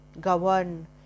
govern